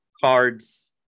cards